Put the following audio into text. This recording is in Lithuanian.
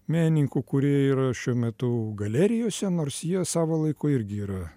menininkų kurie yra šiuo metu galerijose nors jie savo laiku irgi yra